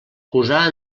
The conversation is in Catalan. posar